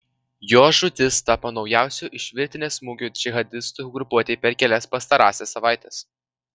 jo žūtis tapo naujausiu iš virtinės smūgių džihadistų grupuotei per kelias pastarąsias savaites